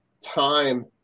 time